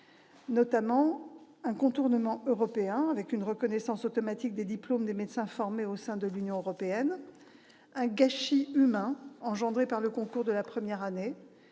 au contournement européen, avec la reconnaissance automatique des diplômes des médecins formés au sein de l'Union européenne. Je pense aussi au gâchis humain suscité par le concours de la première année,